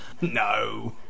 No